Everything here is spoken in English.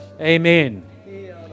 Amen